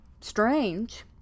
strange